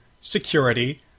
security